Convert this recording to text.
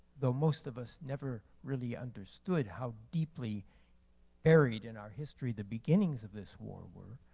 though most of us never really understood how deeply buried in our history the beginnings of this war were.